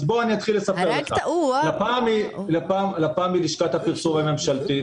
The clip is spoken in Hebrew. אז בוא אתחיל לספר לך: לפ"ם היא לשכת הפרסום הממשלתית.